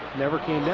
never came yeah